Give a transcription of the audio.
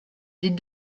des